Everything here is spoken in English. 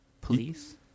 Police